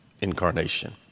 Incarnation